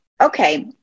okay